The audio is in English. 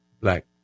Black